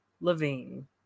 Levine